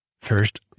first